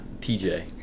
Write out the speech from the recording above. TJ